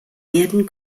erden